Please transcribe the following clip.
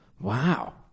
Wow